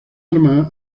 armas